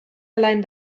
allein